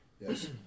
Yes